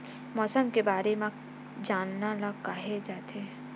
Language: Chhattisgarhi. मौसम के बारे म जानना ल का कहे जाथे?